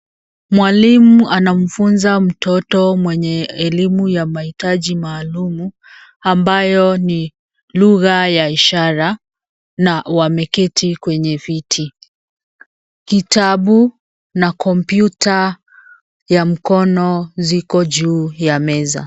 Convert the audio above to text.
Mwalimu anamfunza mtoto mwenye elimu ya mahitaji maalum ambayo ni lugha ya ishara na wameketi kwenye viti. Kitabu na kompyuta ya mkono ziko juu ya meza.